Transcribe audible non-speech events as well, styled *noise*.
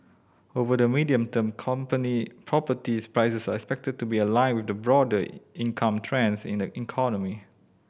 over the medium term company properties *unintelligible* expected to be aligned with the broader income trends in the economy